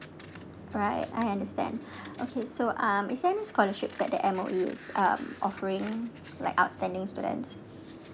alright I understand okay so um is there any scholarship that M_O_E um offering like outstanding students